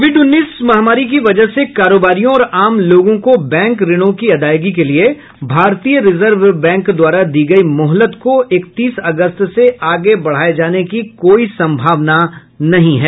Covid उन्नीस महामारी की वजह से कारोबारियों और आम लोगों को बैंक ऋणों की अदायगी के लिए भारतीय रिजर्व बैंक द्वारा दी गयी मोहलत को इकतीस अगस्त से आगे बढ़ाये जाने की कोई संभावना नहीं है